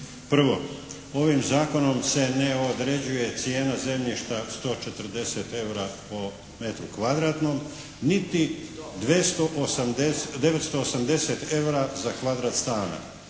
Prvo, ovim zakonom se ne određuje cijena zemljišta 140 eura po metru kvadratnom niti 980 eura za kvadrat stana.